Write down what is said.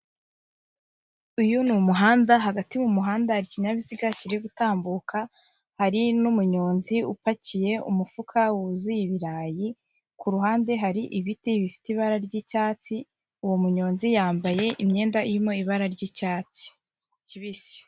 Uyu ni umuhanda hagati mu muhanda hari ikinyabiziga kiri gutambuka, hari n'umuyonzi upakiye umufuka wuzuye ibirayi ku ruhande hari ibiti bifite ibara ry'icyatsi, uwo munyonzi yambaye imyenda irimo ibara ry'icyatsi kibisi.